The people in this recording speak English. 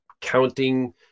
counting